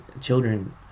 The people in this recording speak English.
children